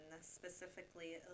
specifically